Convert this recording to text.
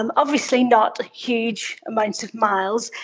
and obviously not huge amounts of miles.